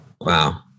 wow